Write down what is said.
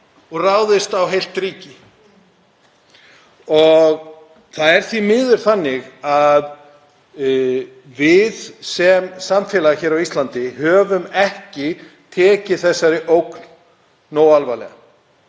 og ráðist á heilt ríki. Það er því miður þannig að við sem samfélag hér á Íslandi höfum ekki tekið þessari ógn nógu alvarlega.